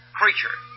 creature